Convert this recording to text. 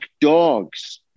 dogs